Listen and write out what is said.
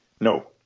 No